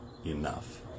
enough